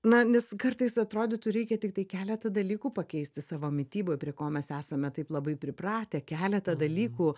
na nes kartais atrodytų reikia tiktai keletą dalykų pakeisti savo mityboj prie ko mes esame taip labai pripratę keletą dalykų